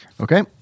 Okay